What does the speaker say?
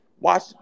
Watch